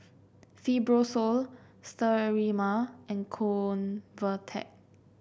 Fibrosol Sterimar and Convatec